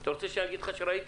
אתה רוצה שאגיד לך שראיתי?